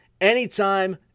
anytime